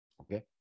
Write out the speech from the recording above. Okay